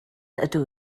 ydw